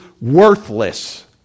worthless